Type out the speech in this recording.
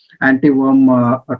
anti-worm